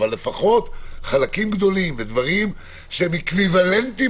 אבל לפחות חלקים גדולים ודברים שהם אקוויוולנטיים